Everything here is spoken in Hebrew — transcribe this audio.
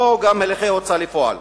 כמו גם תהליכי הוצאה לפועל,